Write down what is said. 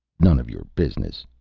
none of your business,